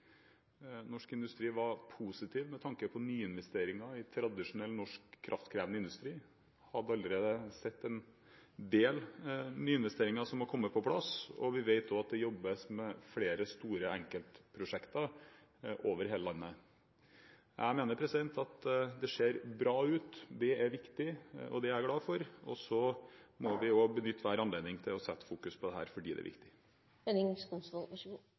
Norsk industri var positiv med tanke på nyinvesteringer i tradisjonell, norsk kraftkrevende industri, og man har allerede sett at en del nyinvesteringer har kommet på plass. Vi vet også at det jobbes med flere store enkeltprosjekter over hele landet. Jeg mener at det ser bra ut. Det er viktig, og det er jeg glad for. Vi må også benytte hver anledning til å sette fokus på dette – fordi det er